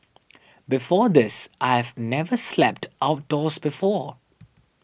before this I've never slept outdoors before